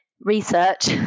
research